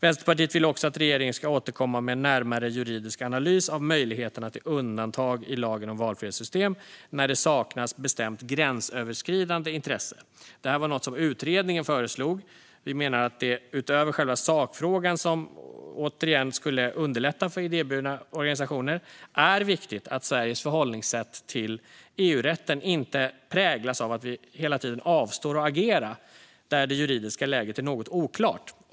Vänsterpartiet vill också att regeringen ska återkomma med en närmare juridisk analys av möjligheterna till undantag i lagen om valfrihetssystem när det saknas bestämt gränsöverskridande intresse. Det är något som utredningen föreslog. Vi menar att det utöver själva sakfrågan, som återigen skulle underlätta för idéburna organisationer, är viktigt att Sveriges förhållningssätt till EU-rätten inte präglas av att vi hela tiden avstår från att agera där det juridiska läget är något oklart.